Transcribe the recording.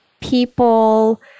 people